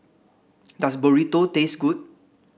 does Burrito taste good